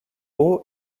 eau